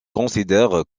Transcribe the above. considère